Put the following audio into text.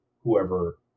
whoever